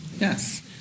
Yes